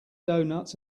donuts